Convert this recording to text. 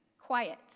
quiet